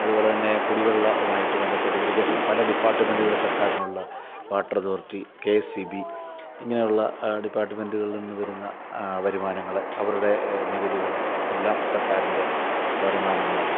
അതുപോലെത്തന്നെ കുടിവെള്ളവുമായിട്ട് ബന്ധപ്പെട്ട് ഇറിഗേഷൻ പല ഡിപ്പാട്ട്മെൻറ്റ്കൾ സർക്കാരിനുള്ള water authority K S E B ഇങ്ങനെ ഉള്ള ഡിപ്പാട്ട്മെൻറ്റ്കളിൽനിന്ന് വരുന്ന വരുമാനങ്ങൾ അവരുടെ നികുതികൾ എല്ലാം സർക്കാരിൻ്റെ വരുമാനങ്ങളാണ്